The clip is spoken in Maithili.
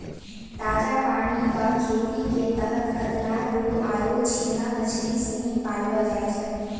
ताजा पानी कॅ खेती के तहत कतला, रोहूआरो झींगा मछली सिनी पाललौ जाय छै